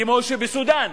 כמו שהיה בסודן,